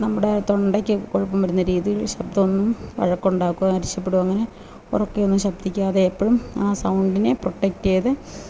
നമ്മുടെ തൊണ്ടയ്ക്ക് കുഴപ്പം വരുന്ന രീതിയിൽ ശബ്ദമൊന്നും വഴക്കുണ്ടാക്ക്വോ അരിശപ്പെടോ അങ്ങനെ ഉറക്കെ ഒന്നും ശബ്ദിക്കാതെ എപ്പോഴും ആ സൗണ്ടിനെ പ്രൊട്ടക്റ്റെയ്ത്